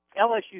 LSU